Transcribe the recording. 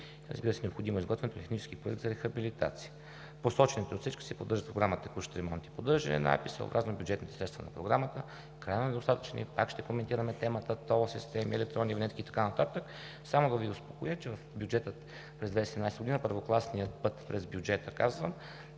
Разбира се, необходимо е изготвянето на технически проект за рехабилитация. Посочените отсечки се поддържат от Програмата „Текущ ремонт и поддържане“ на АПИС съобразно бюджетните средства на програмата – крайно недостатъчни. Пак ще коментираме темата: ТОЛ-системи, електронни винетки и така нататък. Само да Ви успокоя, че в бюджета през 2017 г. първокласният път I-3, участъкът